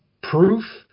proof